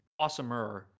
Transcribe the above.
Awesomer